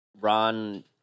Ron